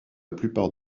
plupart